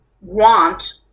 want